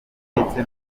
ndetse